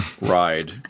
ride